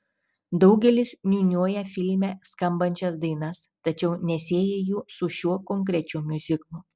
daugelis niūniuoja filme skambančias dainas tačiau nesieja jų su šiuo konkrečiu miuziklu